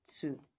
two